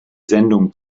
sendung